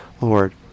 Lord